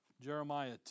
Jeremiah